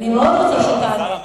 את לא רוצה שאענה.